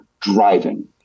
driving